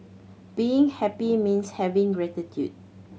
being happy means having gratitude